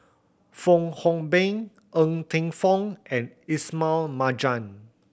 Fong Hoe Beng Ng Teng Fong and Ismail Marjan